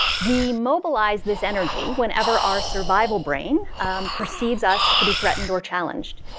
we mobilize this energy whenever our survival brain perceives us to be threatened or challenged.